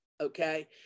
okay